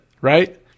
right